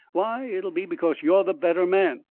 why, it'll be because you're the better man.